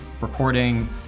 recording